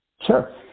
Sure